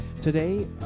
today